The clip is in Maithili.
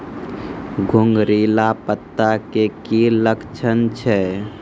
घुंगरीला पत्ता के की लक्छण छै?